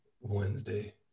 Wednesday